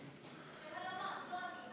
זה הלמ"ס,